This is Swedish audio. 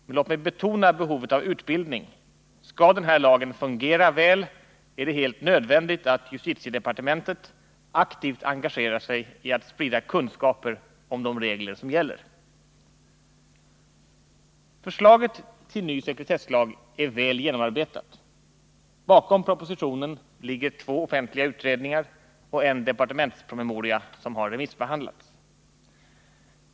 Men låt mig betona behovet av utbildning Skall den här lagen fungera väl är det helt nödvändigt att justitiedepartementet aktivt engagerar sig i att sprida kunskaper om de regler som gäller. Förslaget till ny sekretesslag är väl genomarbetat. Bakom propositionen ligger två offentliga utredningar och en departementspromemoria, som har remissbehandlats.